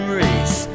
race